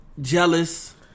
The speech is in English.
Jealous